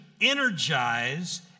energize